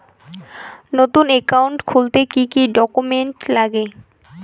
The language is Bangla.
নতুন একাউন্ট খুলতে কি কি ডকুমেন্ট লাগে?